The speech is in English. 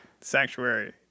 Sanctuary